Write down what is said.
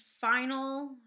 final